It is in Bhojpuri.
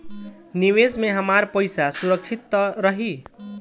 निवेश में हमार पईसा सुरक्षित त रही?